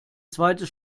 zweites